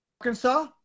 Arkansas